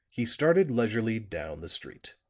he started leisurely down the street.